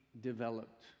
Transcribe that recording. developed